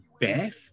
Beth